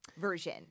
version